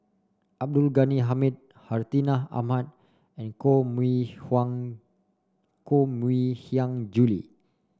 Abdul Ghani Hamid Hartinah Ahmad and Koh Mui Koh Mui Hiang Julie